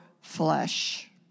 flesh